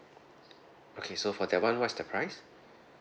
okay so for that one what's the price